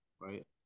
Right